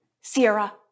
Sierra